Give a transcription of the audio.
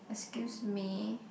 excuse me